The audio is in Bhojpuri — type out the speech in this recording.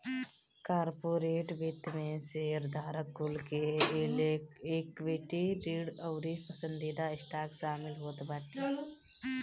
कार्पोरेट वित्त में शेयरधारक कुल के इक्विटी, ऋण अउरी पसंदीदा स्टॉक शामिल होत बाटे